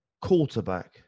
quarterback